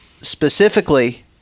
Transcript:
specifically